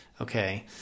okay